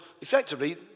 effectively